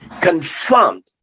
confirmed